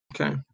Okay